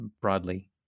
broadly